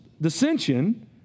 dissension